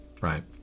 Right